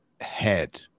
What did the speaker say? head